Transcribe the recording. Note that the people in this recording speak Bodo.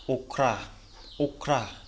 अख्रा अख्रा